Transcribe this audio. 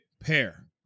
pair